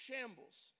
shambles